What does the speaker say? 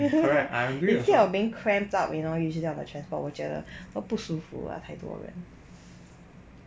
instead of being cramped up you know usually on the transport 我觉得 我不舒服 ah 太多人